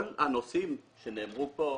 כל הנושאים שנאמרו כאן,